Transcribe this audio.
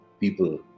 people